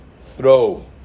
throw